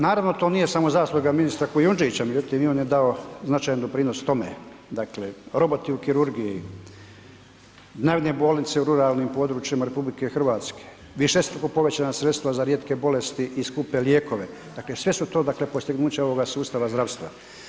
Naravno to nije samo zasluga ministra Kujundžića, međutim i on je dao značajan doprinos tome, dakle roboti u kirurgiji, dnevne bolnice u ruralnim područjima RH, višestruko povećana sredstva za rijetke bolesti i skupe lijekove, dakle sve su dakle postignuća ovoga sustava zdravstva.